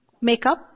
makeup